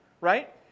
right